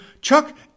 Chuck